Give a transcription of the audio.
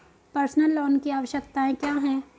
Personal loan की आवश्यकताएं क्या हैं?